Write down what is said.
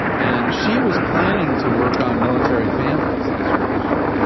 and she was planning to work on military families as her issue. and